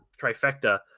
trifecta